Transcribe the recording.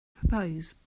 propose